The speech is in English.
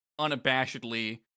unabashedly